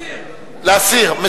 להסיר.